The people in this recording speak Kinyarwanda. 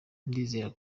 ndizera